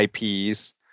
IPs